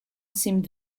seemed